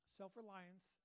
self-reliance